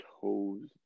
toes